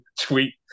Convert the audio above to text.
tweet